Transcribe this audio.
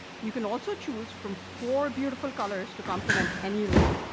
you can also choose from four beautiful colors to complement any room.